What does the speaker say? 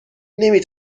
نمی